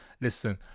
listen